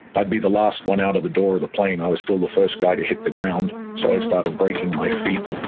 i'd be the last one out of the door of the plane i was still the first guy to hit the ground, so i started breaking my feet.